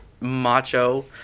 macho